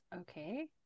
okay